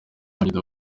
wanjye